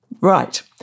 Right